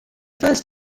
first